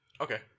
Okay